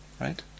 right